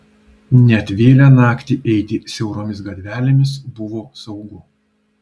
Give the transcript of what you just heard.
net vėlią naktį eiti siauromis gatvelėmis buvo saugu